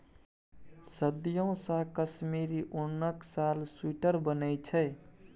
सदियों सँ कश्मीरी उनक साल, स्वेटर बनै छै